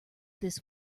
this